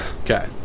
Okay